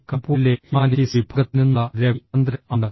T കാൺപൂരിലെ humanities വിഭാഗത്തിൽ നിന്നുള്ള രവി ചന്ദ്രൻ ആണ്